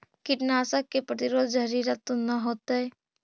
कीटनाशक के प्रयोग, जहरीला तो न होतैय?